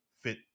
fit